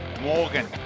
Morgan